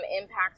impact